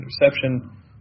interception